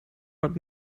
but